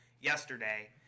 yesterday